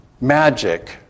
Magic